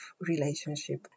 relationship